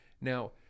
Now